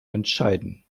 entscheiden